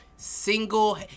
single